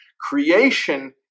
creation